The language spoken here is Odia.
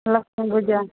ଲକ୍ଷ୍ମୀ ପୂଜା